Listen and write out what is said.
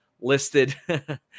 listed